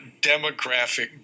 demographic